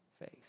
face